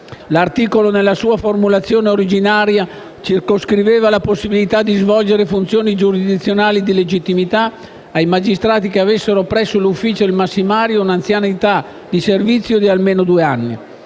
L'articolo nella sua formulazione originaria circoscriveva la possibilità di svolgere funzioni giurisdizionali di legittimità ai magistrati che avessero presso l'Ufficio del massimario un'anzianità di servizio di almeno due anni;